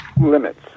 limits